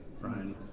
Brian